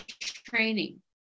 training